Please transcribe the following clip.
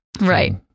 Right